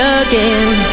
again